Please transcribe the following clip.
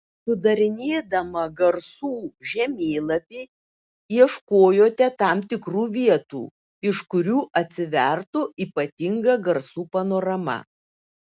sudarinėdama garsų žemėlapį ieškojote tam tikrų vietų iš kurių atsivertų ypatinga garsų panorama